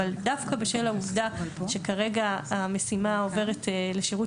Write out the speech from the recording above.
אבל דווקא בשל העובדה שכרגע המשימה עוברת לשירות